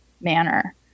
manner